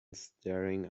staring